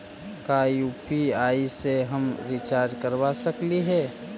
का यु.पी.आई से हम रिचार्ज करवा सकली हे?